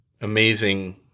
amazing